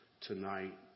tonight